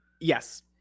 Yes